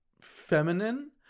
feminine